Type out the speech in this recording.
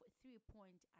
three-point